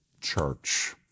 church